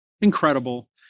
incredible